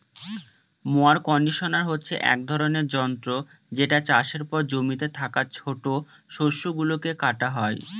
mower conditioner হচ্ছে এক ধরনের যন্ত্র যেটা চাষের পর জমিতে থাকা ছোট শস্য গুলোকে কাটা হয়